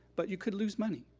but you could lose money.